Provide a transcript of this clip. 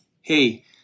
hey